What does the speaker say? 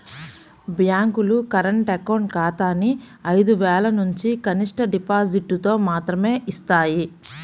బ్యేంకులు current account ఖాతాని ఐదు వేలనుంచి కనిష్ట డిపాజిటుతో మాత్రమే యిస్తాయి